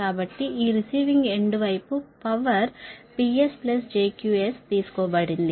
కాబట్టి ఈ receiving end వైపు పవర్ శక్తి Ps jQs తీసుకోబడింది